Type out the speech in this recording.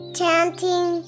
chanting